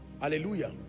Hallelujah